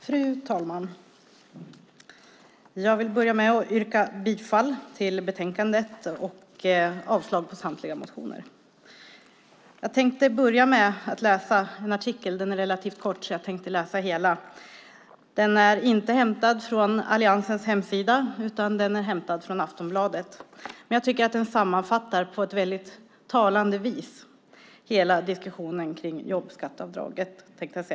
Fru talman! Jag vill börja med att yrka bifall till förslaget i betänkandet och avslag på samtliga motioner. Jag tänkte börja med att läsa en artikel. Den är relativt kort, och jag tänkte därför läsa hela. Artikeln är inte hämtad från alliansens hemsida utan från Aftonbladet, men jag tycker att artikeln på ett talande vis sammanfattar hela diskussionen om RUT-avdraget.